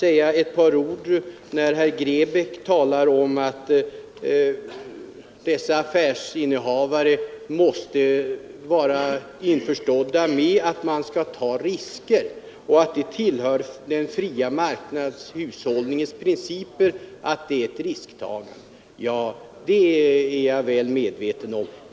Herr Grebäck talade om att affärsinnehavarna måste vara införstådda med att de tar risker och att risktagande tillhör den fria marknadshushållningens principer. Ja, det är jag väl medveten om.